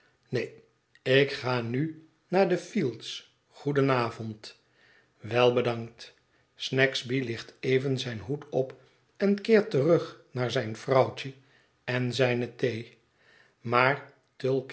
neen ik ga nü naar de f iel ds goeden avond wel bedankt snagsby ligt even zijn hoed op en keert terug naar zijn vrouwtje en z'y'ne thee maar